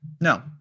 No